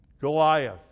Goliath